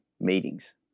meetings